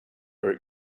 are